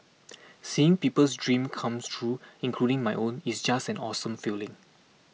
seeing people's dreams come true including my own it's just an awesome feeling